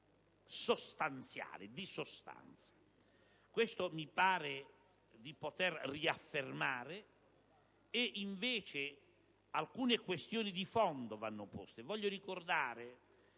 sostanziale. Questo mi pare di poter riaffermare. Invece alcune questioni di fondo vanno poste.